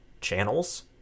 channels